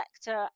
sector